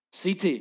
CT